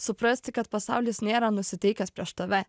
suprasti kad pasaulis nėra nusiteikęs prieš tave